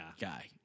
guy